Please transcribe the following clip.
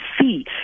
see